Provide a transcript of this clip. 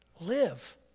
Live